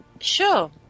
Sure